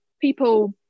people